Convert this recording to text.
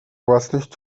własność